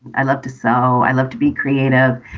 i love to sew. i love to be creative.